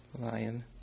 Lion